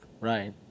Right